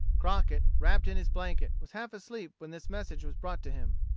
crockett, wrapped in his blanket, was half asleep when this message was brought to him.